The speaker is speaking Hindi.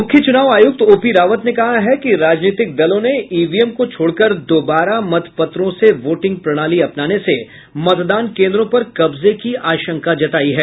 मुख्य चुनाव आयुक्त ओपी रावत ने कहा है कि राजनीतिक दलों ने ईवीएम को छोड़कर दोबारा मत पत्रों से वोटिंग प्रणाली अपनाने से मतदान केन्द्रों पर कब्जे की आशंका जतायी है